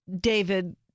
David